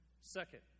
Second